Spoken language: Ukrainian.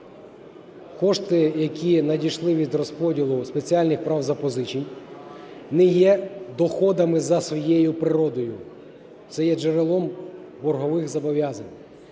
Кошти, які надійшли від розподілу спеціальних прав запозичень, не є доходами за своєю природою. Це є джерелом боргових зобов'язань,